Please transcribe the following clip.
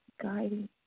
guiding